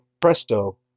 presto